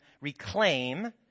reclaim